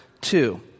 two